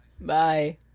Bye